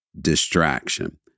distraction